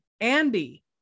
Andy